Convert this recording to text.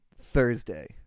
Thursday